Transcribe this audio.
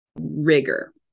Rigor